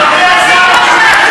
בושה,